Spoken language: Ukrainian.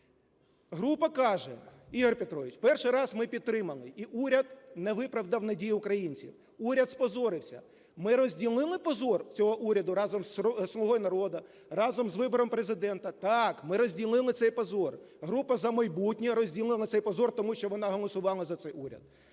Група каже: "Ігор Петрович, перший раз ми підтримали, і уряд не виправдав надії українців. Уряд зпозорився. Ми розділили позор цього уряду разом зі "Слугою народу", разом з вибором Президента?" Так, ми розділили цей позор. Група "За майбутнє" розділила цей позор, тому що вона голосувала за цей уряд.